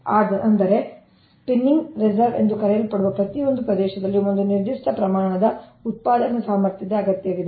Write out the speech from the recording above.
ಮತ್ತು ಅಂದರೆ spinning reserve ಎಂದು ಕರೆಯಲ್ಪಡುವ ಪ್ರತಿಯೊಂದು ಪ್ರದೇಶದಲ್ಲಿ ಒಂದು ನಿರ್ದಿಷ್ಟ ಪ್ರಮಾಣದ ಉತ್ಪಾದನಾ ಸಾಮರ್ಥ್ಯದ ಅಗತ್ಯವಿದೆ